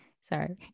Sorry